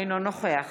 אינו נוכח